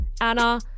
Anna